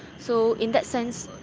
so in that sense,